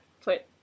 put